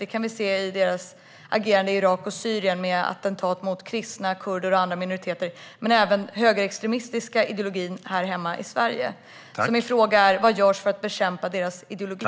Det kan vi se i deras agerande i Irak och Syrien med attentat mot kristna, kurder och andra minoriteter, men även i den högerextrema ideologin här hemma i Sverige. Vad görs för att bekämpa deras ideologi?